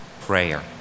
prayer